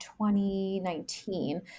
2019